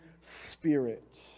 Spirit